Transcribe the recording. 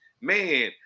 Man